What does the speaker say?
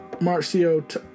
Marcio